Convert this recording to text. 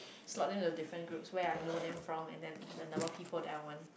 slot them into different groups where I know them from and then the number of people that I want